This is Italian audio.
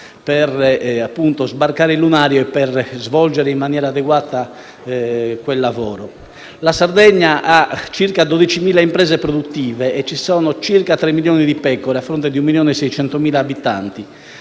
per sbarcare il lunario e svolgere in maniera adeguata il proprio lavoro. La Sardegna ha circa 12.000 imprese produttive e ci sono circa 3 milioni di pecore a fronte di 1,6 milioni di abitanti.